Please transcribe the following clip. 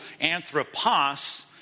Anthropos